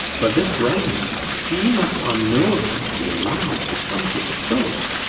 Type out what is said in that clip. but this ragnar he must on no account be allowed to come to the front.